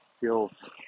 feels